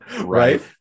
right